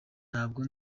ntabwo